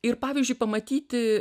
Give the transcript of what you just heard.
ir pavyzdžiui pamatyti